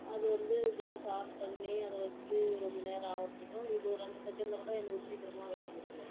அது வந்து gas on பண்ணி அதை வச்சு ரொம்ப நேரம் ஆகுறதுக்கும் இது ஒரு ரெண்டு செகண்ட்ல கூட எனக்கு சீக்கிரமா வேலை முடிஞ்சுடும்